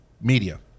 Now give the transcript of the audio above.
media